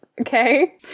okay